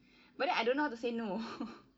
but then I don't know how to say no